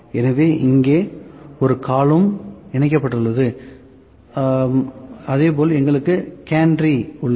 எனவே இங்கே ஒரு காலும் இணைக்கப்பட்டுள்ளது அதேபோல் எங்களுக்கு கேன்ட்ரி உள்ளது